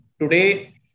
Today